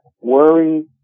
Worry